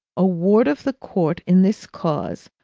a ward of the ct in this cause,